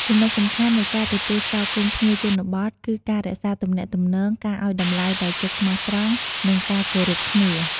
ចំណុចសំខាន់នៃការទទួលស្វាគមន៍ភ្ញៀវជនបទគឺការរក្សាទំនាក់ទំនង ការអោយតម្លៃដោយចិត្តស្មោះត្រង់ និងការគោរពគ្នា។